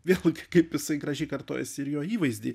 vėlgi kaip jisai gražiai kartojasi ir jo įvaizdy